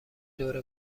دور